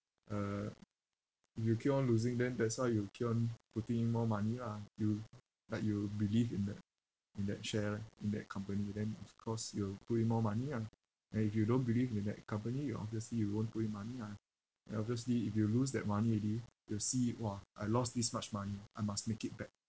uh if you keep on losing then that's why you keep on putting more money mah you like you believe in that in that share leh in that company then of course you'll put in more money ah and if you don't believe in that company you obviously you won't put in money mah then obviously if you lose that money already you'll see !wah! I lost this much money I must make it back